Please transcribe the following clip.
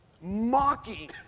mocking